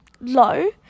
low